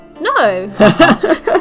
No